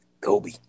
Kobe